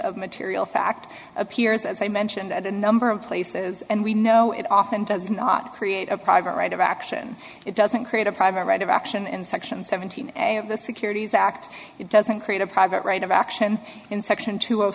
of material fact appears as i mentioned at a number of places and we know it often does not create a private right of action it doesn't create a private right of action in section seventeen a of the securities act it doesn't create a private right of action in section two